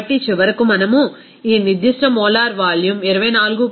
కాబట్టి చివరకు మనం ఈ నిర్దిష్ట మోలార్ వాల్యూమ్ 24